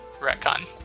Retcon